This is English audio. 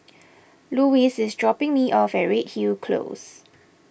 Louise is dropping me off Redhill Close